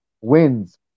wins